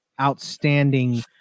outstanding